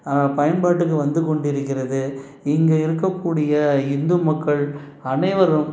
பயன்பாட்டுக்கு வந்து கொண்டிருக்கிறது இங்கே இருக்கக்கூடிய ஹிந்து மக்கள் அனைவரும்